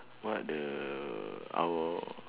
what the ah war